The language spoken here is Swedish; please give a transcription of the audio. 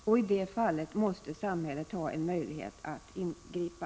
I sådana fall måste samhället ha en möjlighet att ingripa.